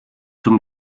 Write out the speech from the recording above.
zum